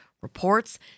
reports